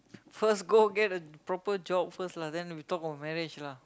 first goal get a proper job first lah then we talk about marriage lah